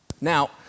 Now